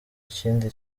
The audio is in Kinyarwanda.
ikindi